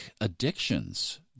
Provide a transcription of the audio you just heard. addictions